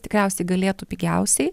tikriausiai galėtų pigiausiai